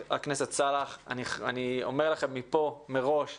אני אומר לכם מפה מראש שמבחינתי החינוך